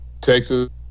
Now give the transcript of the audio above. Texas